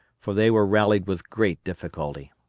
for they were rallied with great difficulty.